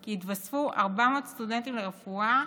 כי יתווספו 400 סטודנטים לרפואה